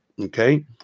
Okay